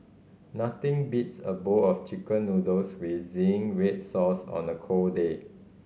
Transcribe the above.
nothing beats a bowl of Chicken Noodles with zingy red sauce on a cold day